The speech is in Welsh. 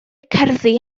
cerddi